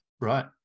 right